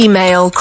Email